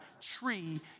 tree